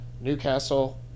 Newcastle